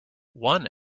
one